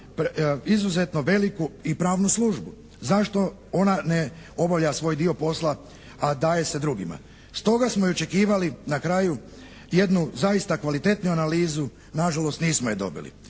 izuzetno veliku i pravnu službu. Zašto ona ne obavlja svoj dio posla a daje se drugima? Stoga smo i očekivali na kraju jednu zaista kvalitetnu analizu, nažalost nismo je dobili.